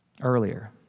earlier